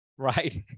Right